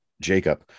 Jacob